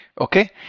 okay